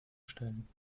stellen